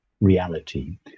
reality